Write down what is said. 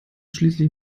schließlich